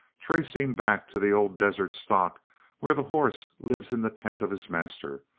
tracing back to the old desert stock where the horse lives in the tent of his master,